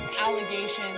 Allegations